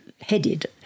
headed